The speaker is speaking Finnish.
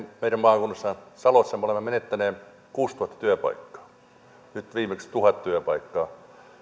meidän maakunnassa salossa me olemme menettäneet kuusituhatta työpaikkaa nyt viimeksi tuhat työpaikkaa